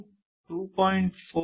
4 నుండి 2